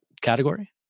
category